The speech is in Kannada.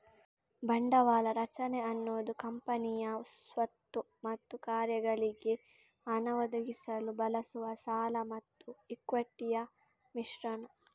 ಬಂಡವಾಳ ರಚನೆ ಅನ್ನುದು ಕಂಪನಿಯ ಸ್ವತ್ತು ಮತ್ತು ಕಾರ್ಯಗಳಿಗೆ ಹಣ ಒದಗಿಸಲು ಬಳಸುವ ಸಾಲ ಮತ್ತು ಇಕ್ವಿಟಿಯ ಮಿಶ್ರಣ